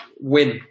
win